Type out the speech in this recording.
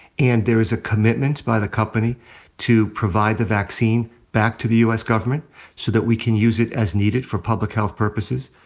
and there is a commitment by the company to provide the vaccine back to the u. s. government so that we can use it as needed for public health purposes.